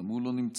גם הוא לא נמצא,